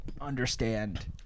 understand